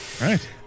Right